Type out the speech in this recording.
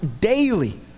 daily